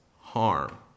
harm